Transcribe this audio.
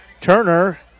Turner